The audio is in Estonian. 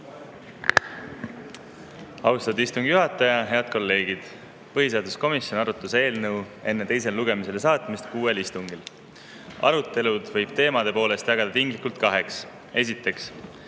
Austatud istungi juhataja! Head kolleegid! Põhiseaduskomisjon arutas eelnõu enne teisele lugemisele saatmist kuuel istungil. Arutelud võib teemade poolest jagada tinglikult kaheks: esiteks,